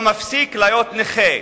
הוא מפסיק להיות נכה.